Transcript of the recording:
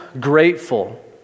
grateful